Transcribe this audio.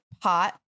pot